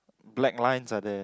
black lines are there